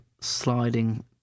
sliding